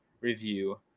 review